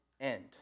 end